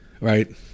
right